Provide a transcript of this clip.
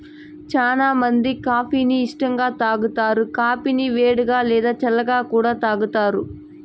చానా మంది కాఫీ ని ఇష్టంగా తాగుతారు, కాఫీని వేడిగా, లేదా చల్లగా కూడా తాగుతారు